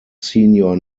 senior